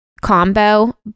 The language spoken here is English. combo